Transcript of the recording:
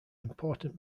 important